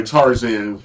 Tarzan